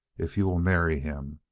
if you will marry him.